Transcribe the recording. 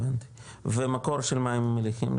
הבנתי ומקור של מים מליחים?